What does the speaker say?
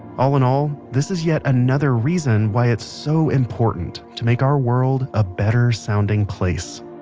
all in all this is yet another reason why it's so important to make our world a better sounding place